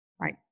Right